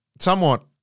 somewhat